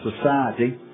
society